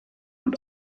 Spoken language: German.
und